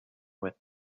with